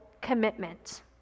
commitment